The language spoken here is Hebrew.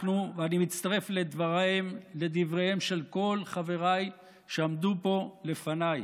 אני מצטרף לדבריהם של כל חבריי שעמדו פה לפניי.